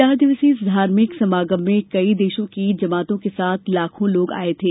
चार दिवसीय इस धार्मिक समागम में कई देशों की जमातों के साथ लाखों लोग आए थे